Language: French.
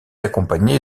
accompagné